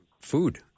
food